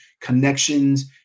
connections